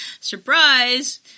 Surprise